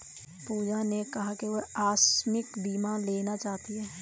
पूजा ने कहा कि वह आकस्मिक बीमा लेना चाहती है